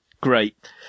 great